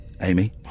Amy